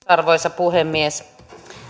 arvoisa puhemies